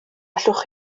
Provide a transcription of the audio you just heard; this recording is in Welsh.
allwch